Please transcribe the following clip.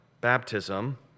baptism